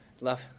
Love